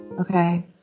Okay